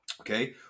Okay